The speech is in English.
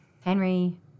Henry